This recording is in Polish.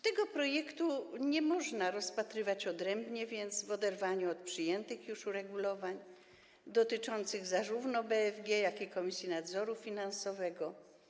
Tego projektu nie można rozpatrywać odrębnie, w oderwaniu od przyjętych już uregulowań dotyczących zarówno BFG, jak i Komisji Nadzoru Finansowego.